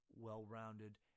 well-rounded